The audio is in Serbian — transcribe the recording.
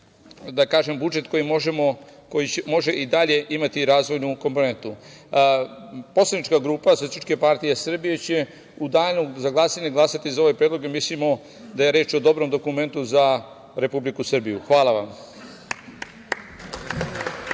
da kažem, budžet koji može i dalje imati razvojnu komponentu. Poslanička grupa SPS će u danu za glasanje glasati za ovaj predlog, jer mislimo da je reč o dobrom dokumentu za Republiku Srbiju. Hvala vam.